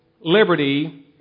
liberty